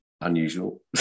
unusual